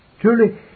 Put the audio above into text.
Truly